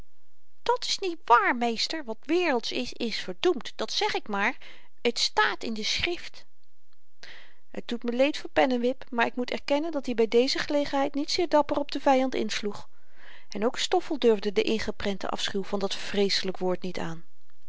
dàt's niet waar meester wat wereldsch is is verdoemd dat zeg ik maar t staat in de schrift het doet me leed voor pennewip maar ik moet erkennen dat-i by deze gelegenheid niet zeer dapper op den vyand insloeg en ook stoffel durfde den ingeprenten afschuw van dat vreeselyk woord niet aan